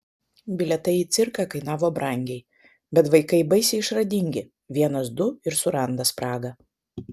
bilietai į cirką kainavo brangiai bet vaikai baisiai išradingi vienas du ir suranda spragą